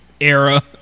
era